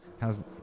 How's